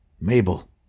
Mabel